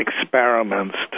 experiments